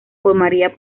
formaría